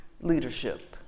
leadership